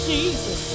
Jesus